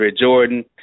Jordan